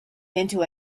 into